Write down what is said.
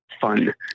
fun